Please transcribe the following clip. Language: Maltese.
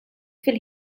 fil